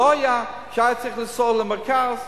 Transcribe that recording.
שלא היה, שהיה צריך לנסוע למרכז.